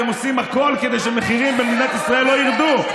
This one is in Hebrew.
אתם עושים הכול כדי שמחירים במדינת ישראל לא ירדו.